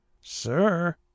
Sir